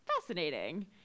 fascinating